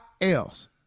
else